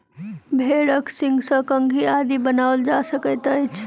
भेंड़क सींगसँ कंघी आदि बनाओल जा सकैत अछि